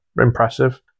impressive